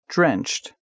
Drenched